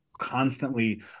constantly